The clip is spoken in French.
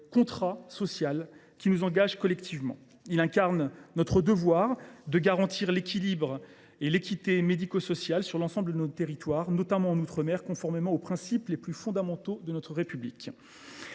contrat social qui nous engage collectivement. Il incarne notre devoir de garantir l’équité médico sociale sur l’ensemble de nos territoires, notamment outre mer, conformément aux principes les plus fondamentaux de notre République.